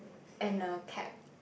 and a cap